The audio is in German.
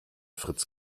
fritz